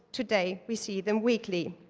today we see them weekly.